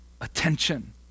attention